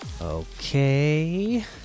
Okay